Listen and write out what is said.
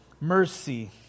mercy